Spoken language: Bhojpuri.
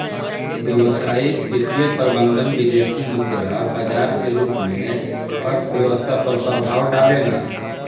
व्यावसायिक वित्तीय प्रबंधन विदेसी मुद्रा बाजार के रूप में अर्थव्यस्था पर प्रभाव डालेला